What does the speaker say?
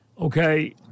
Okay